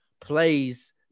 plays